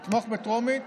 נתמוך בטרומית,